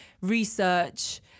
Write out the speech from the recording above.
research